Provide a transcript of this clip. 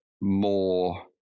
more